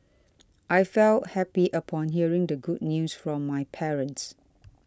I felt happy upon hearing the good news from my parents